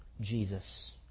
Jesus